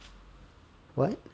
what